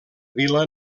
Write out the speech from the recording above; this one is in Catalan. vila